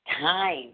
time